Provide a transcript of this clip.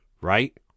right